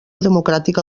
democràtica